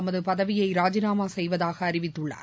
தமது பதவியை ராஜிநாமா செய்வதாக அறிவித்துள்ளார்